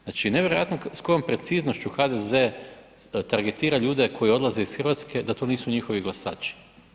Znači, nevjerojatno s kojom preciznošću HDZ tragetira ljude koji odlaze iz Hrvatske da to nisu njihovi glasači.